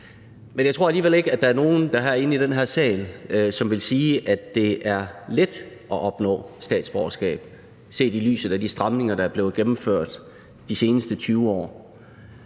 Men jeg tror alligevel ikke, at der er nogen herinde i den her sal, som vil sige, at det er let at opnå statsborgerskab, set i lyset af de stramninger, der er blevet gennemført de seneste 20 år.